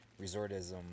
resortism